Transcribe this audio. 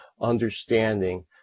understanding